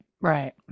right